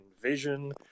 vision